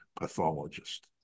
pathologist